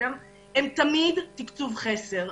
הם תמיד בתקצוב חסר.